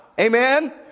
Amen